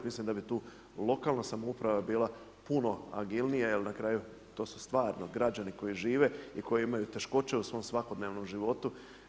Mislim da bi tu lokalna samouprava bila puno agilnija, jer na kraju to su stvarno građani koji žive i koji imaju teškoće u svom svakodnevnom životu.